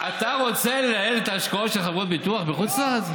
אתה רוצה לנהל את ההשקעות של חברות הביטוח בחוץ-לארץ?